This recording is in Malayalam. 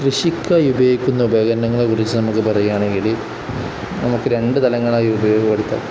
കൃഷിക്കായി ഉപയോഗിക്കുന്ന ഉപകരണങ്ങളെ കുറിച്ച് നമുക്ക് പറയുകയാണെങ്കിൽ നമുക്ക് രണ്ട് തലങ്ങളായി ഉപയോഗപ്പെടുത്താം